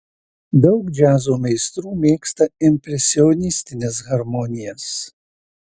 daug džiazo meistrų mėgsta impresionistines harmonijas